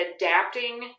adapting